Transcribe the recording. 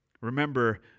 Remember